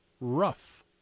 rough